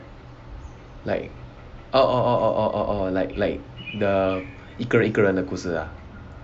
like orh orh orh orh orh orh orh like like the 一个人一个人的故事 ah